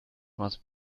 must